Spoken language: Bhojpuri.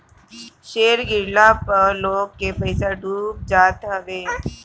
शेयर गिरला पअ लोग के पईसा डूब जात हवे